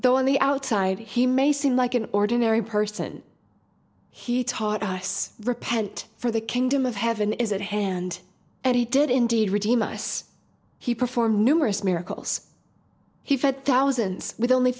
though on the outside he may seem like an ordinary person he taught us repent for the kingdom of heaven is at hand and he did indeed redeem us he performed numerous miracles